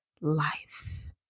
life